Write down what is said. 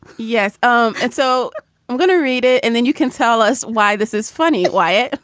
yes um and so i'm going to read it and then you can tell us why this is funny. why?